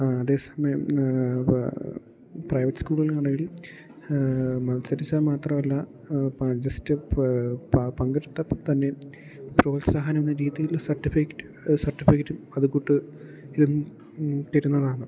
അതേസമയം പ്രൈവറ്റ് സ്കൂളുകളാണേൽ മത്സരിച്ചാൽ മാത്രമല്ല ഇപ്പം ജസ്റ്റ് ഇപ്പം പങ്കെടുത്തപ്പം തന്നെ പ്രോത്സാഹനം എന്ന രീതിൽ സർട്ടിഫിക്കറ്റ് സർട്ടിഫിക്കറ്റും അതുകൂട്ട് ഇതും തരുന്നതാണ്